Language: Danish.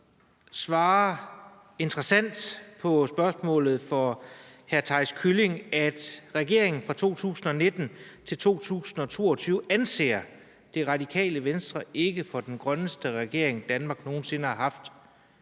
svarer interessant på spørgsmålet fra hr. Theis Kylling Hommeltoft, nemlig at regeringen fra 2019-2022 anser Radikale Venstre ikke for den grønneste regering, Danmark har haft.